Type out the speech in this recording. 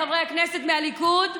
חברי הכנסת מהליכוד,